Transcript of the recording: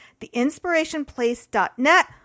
theinspirationplace.net